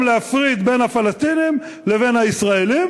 להפריד בין הפלסטינים לבין הישראלים,